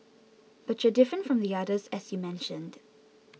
but you're different from the others as you mentioned